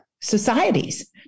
societies